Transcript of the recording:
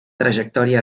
trajectòria